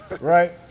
right